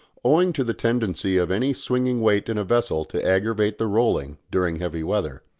owing to the tendency of any swinging weight in a vessel to aggravate the rolling during heavy weather.